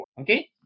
okay